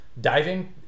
diving